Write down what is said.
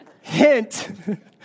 Hint